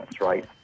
right